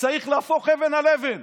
צריך להפוך אבן על אבן